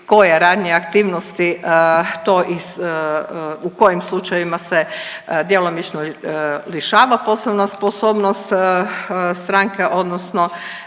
koje ranije aktivnosti to, u kojim slučajevima se djelomično lišava poslovna sposobnost stranke, odnosno